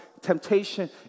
temptation